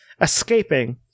escaping